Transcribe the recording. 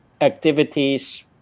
activities